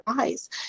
eyes